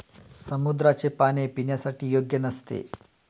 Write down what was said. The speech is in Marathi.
समुद्राचे पाणी पिण्यासाठी योग्य नसते